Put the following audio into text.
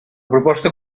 proposta